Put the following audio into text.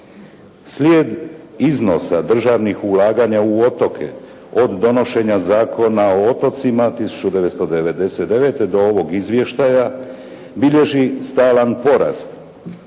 Slijed iznosa državnih ulaganja u otoke od donošenja Zakona o otocima 1999. do ovog izvještaja bilježi stalan porast